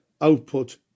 output